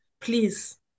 Please